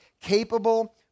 Capable